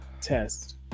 test